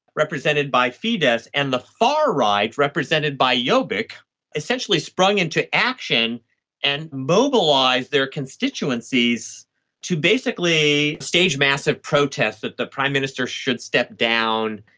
represented by fidesz, and the far right represented by yeah jobbik, essentially sprang into action and mobilised their constituencies to basically stage a massive protest that the prime minister should step down.